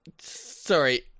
Sorry